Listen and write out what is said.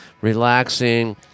relaxing